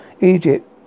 Egypt